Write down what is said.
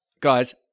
guys